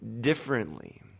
differently